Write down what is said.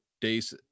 days